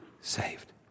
saved